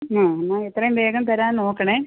ആ എന്നാൽ എത്രയും വേഗം തരാൻ നോക്കണേ